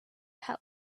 help